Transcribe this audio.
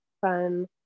fun